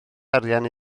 arian